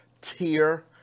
tier